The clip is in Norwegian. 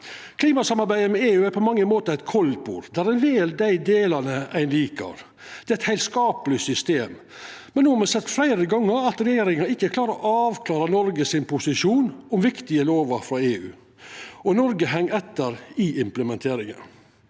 Klimasamarbeidet med EU er på mange måtar eit kaldtbord, der ein vel dei delane ein likar. Det er eit heilskapleg system. Men no har me sett fleire gonger at regjeringa ikkje klarar å avklara Noreg sin posisjon til viktige lover frå EU, og Noreg heng etter i implementeringa.